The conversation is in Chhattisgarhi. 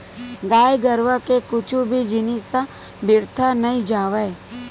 गाय गरुवा के कुछु भी जिनिस ह बिरथा नइ जावय